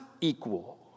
equal